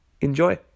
Enjoy